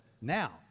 now